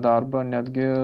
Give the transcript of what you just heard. darbą netgi